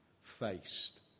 faced